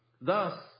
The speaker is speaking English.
Thus